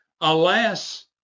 alas